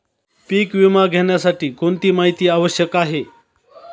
पीक विमा घेण्यासाठी कोणती माहिती आवश्यक आहे?